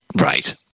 Right